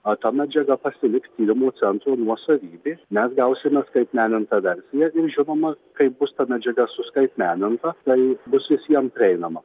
a ta medžiaga pasiliks tyrimo centro nuosavybė mes gausime skaitmenintą versiją ir žinoma kai bus ta medžiaga suskaitmeninta tai bus visiem prieinama